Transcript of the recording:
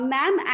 Ma'am